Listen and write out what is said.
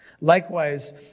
Likewise